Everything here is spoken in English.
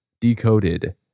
decoded